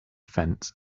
fence